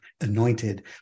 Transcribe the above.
anointed